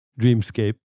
dreamscape